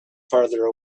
farther